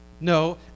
No